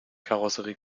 karosserie